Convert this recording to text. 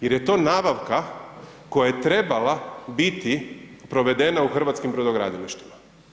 Jer je to nabavka koja je trebala biti provedena u hrvatskim brodogradilištima.